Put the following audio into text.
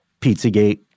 Pizzagate